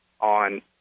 on